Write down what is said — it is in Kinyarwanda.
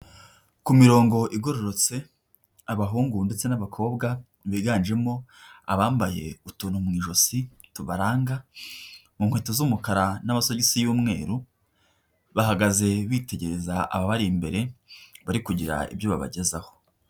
Ku mirongo igororotse, abahungu ndetse n'abakobwa biganjemo abambaye utuntu mu ijosi tubaranga, mu nkweto z'umukara n'amasogisi y'umweru, bahagaze bitegereza ababari imbere bari kugira ibyo babagezaho.